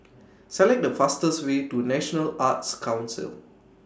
Select The fastest Way to National Arts Council